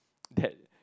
that